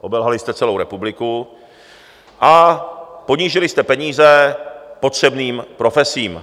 Obelhali jste celou republiku a ponížili jste peníze potřebným profesím.